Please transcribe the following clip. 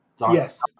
Yes